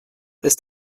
ist